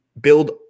build